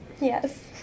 Yes